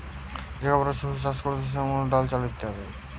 যে খাবারের শস্য চাষ করতে হয়ে যেমন চাল, ডাল ইত্যাদি